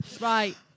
Right